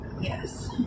Yes